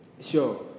Sure